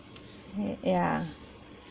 ya